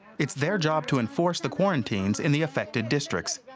it's their job to enforce the quarantines in the affected districts.